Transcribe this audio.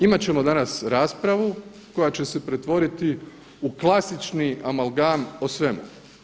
Imati ćemo danas raspravu koja će se pretvoriti u klasični amalgan o svemu.